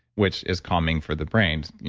which is calming for the brains.